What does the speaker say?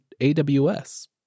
AWS